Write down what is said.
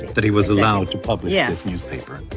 that he was allowed to publish yeah this newspaper.